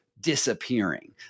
disappearing